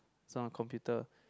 it's on the computer